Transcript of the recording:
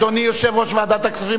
אדוני יושב-ראש ועדת הכספים,